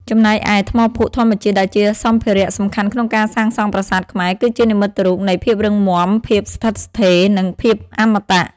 ចំណែកឯ ថ្មភក់ធម្មជាតិ ដែលជាសម្ភារៈសំខាន់ក្នុងការសាងសង់ប្រាសាទខ្មែរ គឺជានិមិត្តរូបនៃ ភាពរឹងមាំ ភាពស្ថិតស្ថេរ និងភាពអមតៈ។